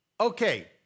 okay